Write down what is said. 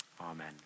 amen